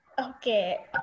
Okay